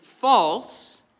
false